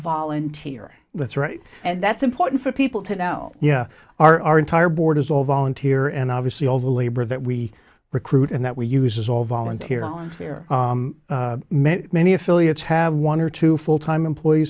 volunteer that's right and that's important for people to know yeah our entire board is all volunteer and obviously all the labor that we recruit and that we use is all volunteer on here many many affiliates have one or two full time employee